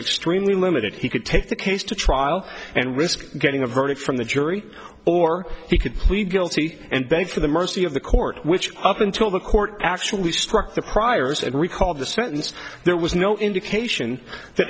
extremely limited he could take the case to trial and risk getting a verdict from the jury or he could plead guilty and then for the mercy of the court which up until the court actually struck the priors and recalled the sentence there was no indication that